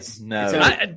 No